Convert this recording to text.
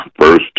first